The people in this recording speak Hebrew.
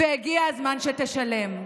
והגיע הזמן שתשלם.